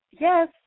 Yes